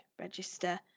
register